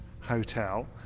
hotel